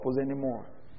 anymore